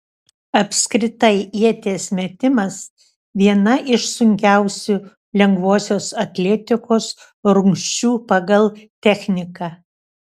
apskritai ieties metimas viena iš sunkiausių lengvosios atletikos rungčių pagal techniką